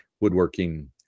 woodworking